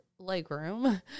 legroom